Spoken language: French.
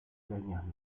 dernière